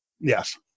Yes